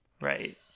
Right